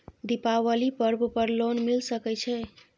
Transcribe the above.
दीपावली पर्व पर लोन मिल सके छै?